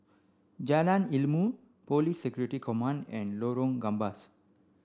Jalan Ilmu Police Security Command and Lorong Gambas